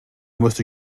måste